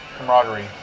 camaraderie